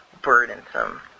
burdensome